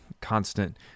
constant